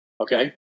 okay